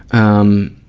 um,